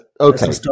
Okay